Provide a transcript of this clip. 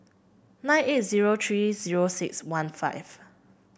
nine eight zero three zero six one five